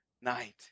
night